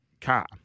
car